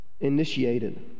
initiated